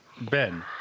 Ben